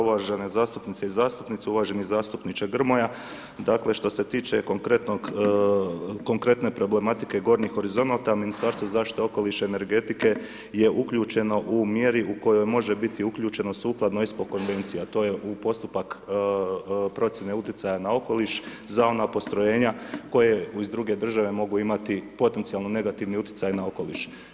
Uvažene zastupnice i zastupnici, uvaženi zastupniče Grmoja, dakle, što se tiče konkretne problematike Gornjih horizonata, Ministarstvo zaštite okoliša i energetike je uključeno u mjeru u kojoj može biti uključeno sukladno… [[Govornik se ne razumije]] Konvenciji, a to je u postupak procijene utjecaja na okoliš za ona postrojenja koje iz druge države mogu imati potencijalno negativni utjecaj na okoliš.